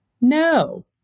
No